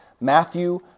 Matthew